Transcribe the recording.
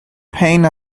pain